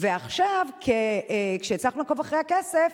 ועכשיו, כשהצלחנו לעקוב אחרי הכסף,